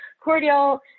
cordial